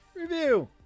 Review